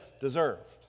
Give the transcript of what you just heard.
deserved